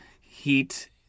heat